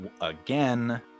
again